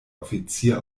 offizier